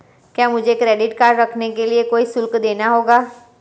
क्या मुझे credit card रखने के लिए कोई शुल्क देना होगा?